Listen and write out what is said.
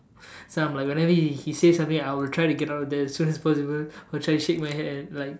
so I'm like whenever he he says something I would try to get out there as soon as possible I will try shake my head like